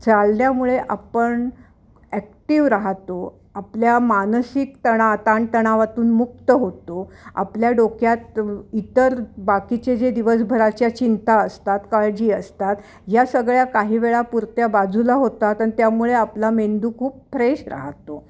चालल्यामुळे आपण ॲक्टिव राहतो आपल्या मानसिक तणाव ताणतणावातून मुक्त होतो आपल्या डोक्यात इतर बाकीचे जे दिवसभराच्या चिंता असतात काळजी असतात या सगळ्या काही वेळापुरत्या बाजूला होतात आणि त्यामुळे आपला मेंदू खूप फ्रेश राहतो